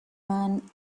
man